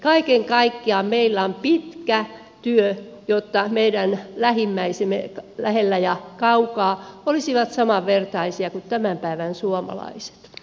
kaiken kaikkiaan meillä on pitkä työ jotta meidän lähimmäisemme lähellä ja kaukana olisivat samanvertaisia kuin tämän päivän suomalaiset